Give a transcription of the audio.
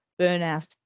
burnout